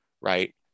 Right